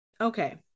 okay